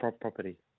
property